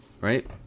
right